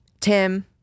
Tim